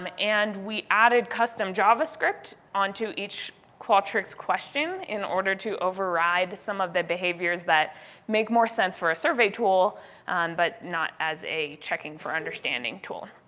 um and we added custom javascript onto each qualtrics question in order to override some of the behaviors that make more sense for a survey tool but not as a checking-for-understanding tool.